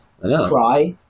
cry